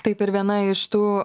taip ir viena iš tų